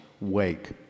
wake